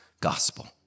gospel